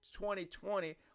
2020